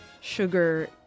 sugar